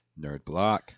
NerdBlock